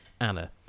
Anna